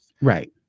Right